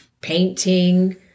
painting